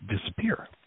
disappear